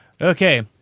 Okay